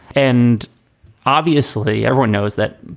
and obviously everyone knows that,